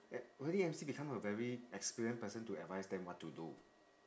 wedding emcee become a very experience person to advise them what to do